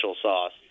sauce